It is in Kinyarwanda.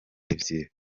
ebyiri